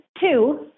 Two